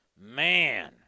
Man